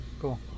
Cool